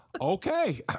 Okay